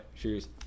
Cheers